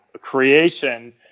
creation